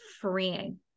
freeing